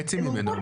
חצי ממנו.